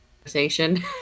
conversation